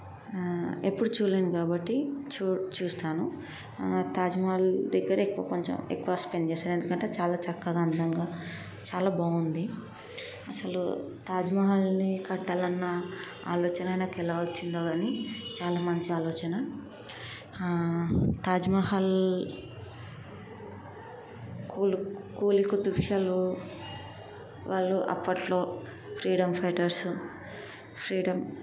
ఎప్పుడూ చూడలేను కాబట్టి చూ చూస్తాను తాజ్మహల్ దగ్గర ఎక్కువ కొంచెం ఎక్కువ స్పెండ్ చేసారు ఎందుకంటే చాలా చక్కగా అందంగా చాలా బాగుంది అసలు తాజ్మహల్ని కట్టాలన్న ఆలోచన ఆయనకి ఎలా వచ్చిందో కానీ చాలా మంచి ఆలోచన తాజ్మహల్ కూల్ కులీకుతుబ్షాలు వాళ్ళు అప్పట్లో ఫ్రీడమ్ ఫైటర్స్ ఫ్రీడమ్